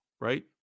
right